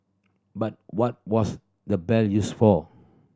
but what was the bell used for